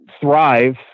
thrive